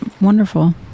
wonderful